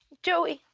joey.